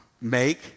Make